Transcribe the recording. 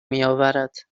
میآورد